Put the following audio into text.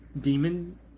demon